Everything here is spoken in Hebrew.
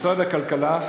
משרד הכלכלה,